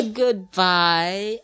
goodbye